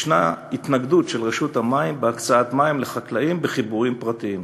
ישנה התנגדות של רשות המים להקצאת מים לחקלאים בחיבורים פרטיים.